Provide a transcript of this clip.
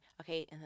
okay